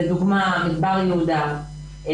לדוגמה מדבר יהודה,